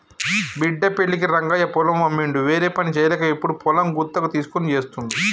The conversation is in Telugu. బిడ్డ పెళ్ళికి రంగయ్య పొలం అమ్మిండు వేరేపని చేయలేక ఇప్పుడు పొలం గుత్తకు తీస్కొని చేస్తుండు